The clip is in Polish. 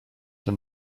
ten